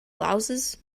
louses